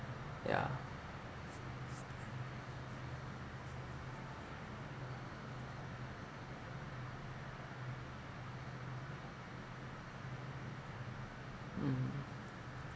yeah mm